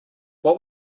what